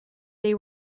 they